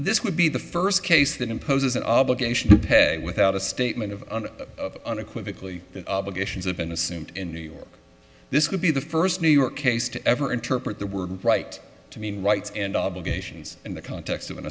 this would be the first case that imposes an obligation to pay without a statement of an unequivocal that obligations have been assumed in new york this could be the first new york case to ever interpret the word right to mean rights and obligations in the context of an